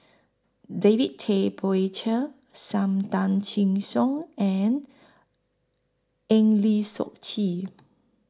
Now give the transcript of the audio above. David Tay Poey Cher SAM Tan Chin Siong and Eng Lee Seok Chee